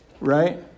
right